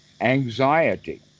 Anxiety